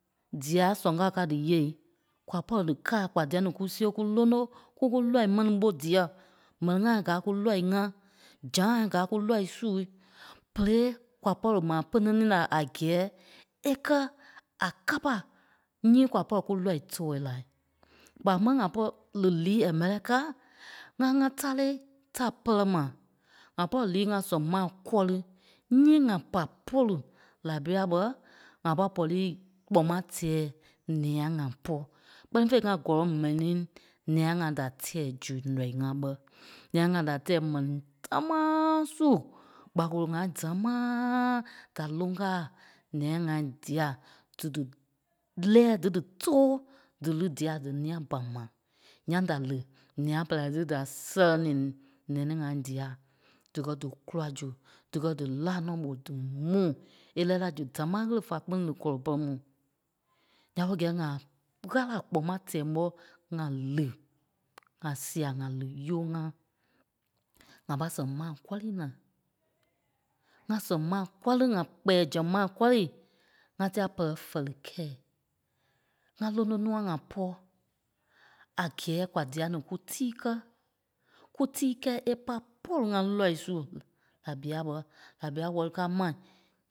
Dia sɔn kao káa díyee, kwa pɔri díkaa kwa dia-ní ku see ku lóno kúku lɔii mɛni ɓó diɛ. M̀ɛnii ŋai káa kú nɔii ŋa, zaâi kaa kú lɔii su bérei kwa pɔri maa pene-ní la a gɛɛ è kɛ́ a kapa nyii kwa pɔri kulɔii tɔ́ɔ la. Kpaa máŋ a pɔri le lii a Amereica ŋa ŋá tarêi ta pere mai. Ŋa pɔri lii ŋa sɔn mai kɔri nyii ŋa pa polu Laibia ɓé ŋa pɔ pɔri kpɔma maa tɛɛ nia-ŋai pɔ́. Kpɛ́ni fêi ŋa gɔlɔŋ mɛni nia- ŋai da tɛ́ɛ su lɔii ŋa bɛi. Nia-ŋai da tɛ́ɛ mɛni támaa su kpakolo-ŋai dámaa da loŋ kaa nia-ŋai día dí dí lɛ́ɛ dí dí tóo dí li dia dínia bama. Ǹyaŋ da li nîa-pɛlɛɛ dí da sɛlɛnii nɛnii-ŋai dia dikɛ dí kula zu. Díkɛ dí láa nɔ́ mó dí mu. É lɛɛ la su támaa ɣele fá kpîŋ li kɔlɔi pɛrɛ mu. Ya ɓe gɛi ŋa Ɣâla a kpɔma tɛ́ɛ mɓɔ́ ŋa li ŋa sia ŋa li yɔɔ-ŋa ŋa pâi sɛŋ mai kɔri naa. Ŋá sɛŋ mai kɔ́ri ŋa kpɛ́ɛ zɛŋ mai kɔri ŋa tela pɛ́lɛ fɛli kɛi. Ŋá lono nuai ŋai pɔ́ a gɛɛ kwa dia-ní kú tii kɛ́. Kú tíi kɛ́ɛ a pâi polu ŋa lɔii su Laibia bɛi. Laibia wɛli káa mai